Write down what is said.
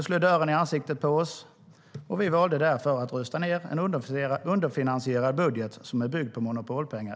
Ni slog dörren i ansiktet på oss, och vi valde därför att rösta ned en underfinansierad budget som är byggd på monopolpengar.